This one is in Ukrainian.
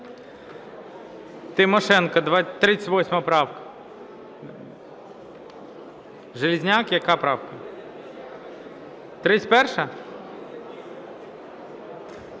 Тимошенко, 38 правка. Железняк, яка правка? 31-а?